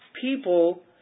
people